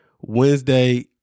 Wednesday